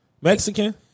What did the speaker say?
Mexican